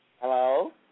Hello